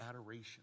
adoration